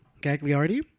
Gagliardi